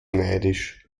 neidisch